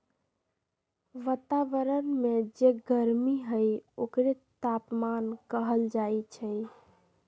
वतावरन में जे गरमी हई ओकरे तापमान कहल जाई छई